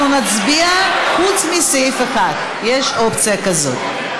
אנחנו נצביע, חוץ מסעיף 1. יש אופציה כזאת.